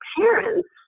parents